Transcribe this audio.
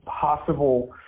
possible